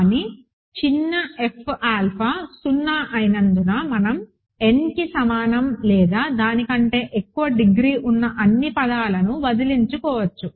కానీ చిన్న f alpha 0 అయినందున మనం nకి సమానం లేదా దాని కంటే ఎక్కువ డిగ్రీ ఉన్న అన్ని పదాలను వదిలించుకోవచ్చు